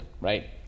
right